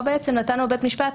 כאן נתנו לבית המשפט